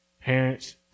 Parents